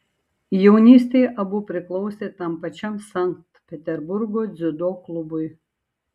jaunystėje abu priklausė tam pačiam sankt peterburgo dziudo klubui